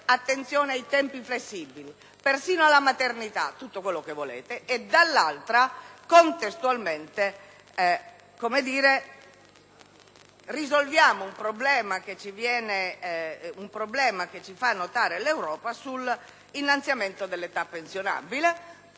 attenzione ai tempi flessibili, persino alla maternità; dall'altra, contestualmente, risolvendo un problema che ci fa notare l'Europa sull'innalzamento dell'età pensionabile,